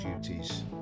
duties